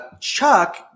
Chuck